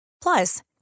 Plus